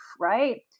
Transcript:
right